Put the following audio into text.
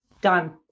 Done